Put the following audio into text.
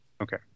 Okay